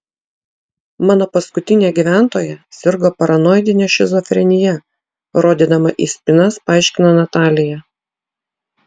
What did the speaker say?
mano paskutinė gyventoja sirgo paranoidine šizofrenija rodydama į spynas paaiškino natalija